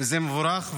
וזה מבורך.